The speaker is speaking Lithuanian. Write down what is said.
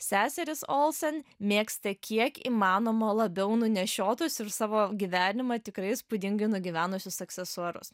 seserys olsen mėgsta kiek įmanoma labiau nunešiotus ir savo gyvenimą tikrai įspūdingai nugyvenusius aksesuarus